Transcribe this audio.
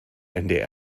ndr